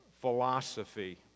philosophy